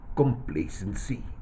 complacency